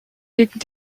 gegen